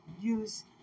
use